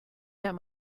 that